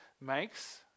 makes